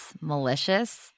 malicious